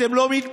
אתם לא מתביישים?